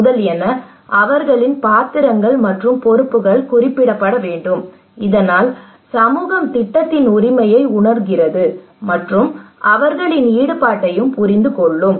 முதலியன அவர்களின் பாத்திரங்கள் மற்றும் பொறுப்புகள் குறிப்பிடப்பட வேண்டும் இதனால் சமூகம் திட்டத்தின் உரிமையை உணர்கிறது மற்றும் அவர்களின் ஈடுபாட்டையும் புரிந்து கொள்ளும்